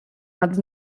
nad